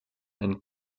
and